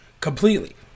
completely